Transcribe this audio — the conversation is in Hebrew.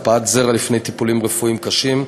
הקפאת זרע לפני טיפולים רפואיים קשים,